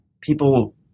people